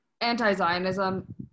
anti-Zionism